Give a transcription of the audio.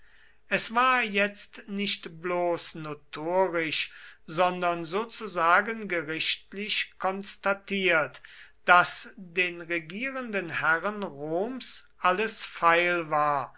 es war jetzt nicht bloß notorisch sondern sozusagen gerichtlich konstatiert daß den regierenden herren roms alles feil war